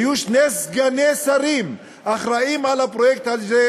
היו שני סגני שרים אחראים לפרויקט הזה,